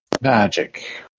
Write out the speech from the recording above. Magic